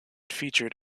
featured